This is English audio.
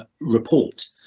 report